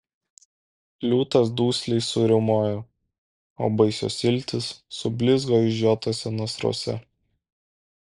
liūtas dusliai suriaumojo o baisios iltys sublizgo išžiotuose nasruose